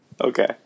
Okay